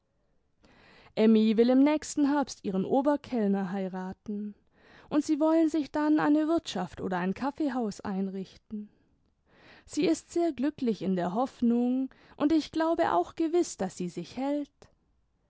will im nächsten herbst ihren oberkellner heiraten und sie wollen sich dann eine wirtschaft oder ein kaffeehaus einrichten sie ist sehr glücklich in der hoffnung und ich glaube auch gewiß daß sie sich hält